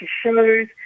shows